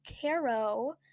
Caro